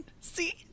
See